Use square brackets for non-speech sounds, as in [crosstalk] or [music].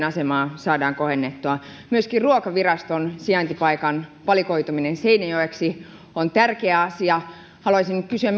[unintelligible] asemaa saadaan kohennettua myöskin ruokaviraston sijaintipaikan valikoituminen seinäjoeksi on tärkeä asia haluaisinkin kysyä [unintelligible]